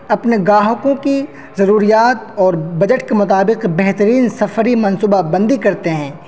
اپنے گاہکوں کی ضروریات اور بجٹ کے مطابق بہترین سفری منصوبہ بندی کرتے ہیں